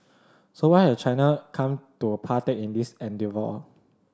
so why has China come to partake in this endeavour